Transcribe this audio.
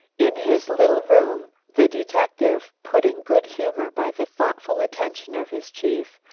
in his little room the detective, put in good humour by the thoughtful attention of his chief,